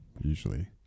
usually